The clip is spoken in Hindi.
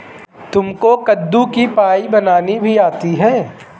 तुमको कद्दू की पाई बनानी भी आती है?